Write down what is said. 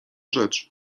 rzecz